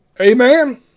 Amen